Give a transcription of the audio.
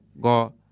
go